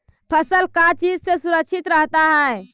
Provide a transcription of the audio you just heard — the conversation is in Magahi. फसल का चीज से सुरक्षित रहता है?